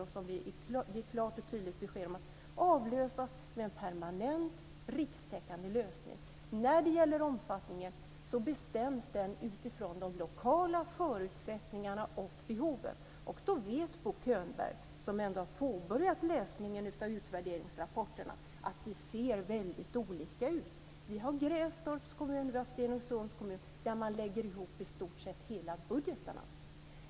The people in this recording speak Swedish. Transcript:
Det är ett klart och tydligt besked om att försöksverksamheten ska avlösas med en permanent rikstäckande lösning. Omfattningen bestäms utifrån de lokala förutsättningarna och behoven. Och då vet Bo Könberg, som har påbörjat läsningen av utvärderingsrapporterna, att det ser väldigt olika ut. Vi har Gränstorps kommun och Stenungsunds kommun där man lägger ihop i stort sett hela budgetarna.